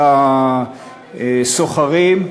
השוכרים.